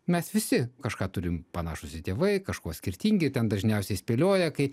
mes visi kažką turim panašūs į tėvai kažkuo skirtingi ten dažniausiai spėlioja kaip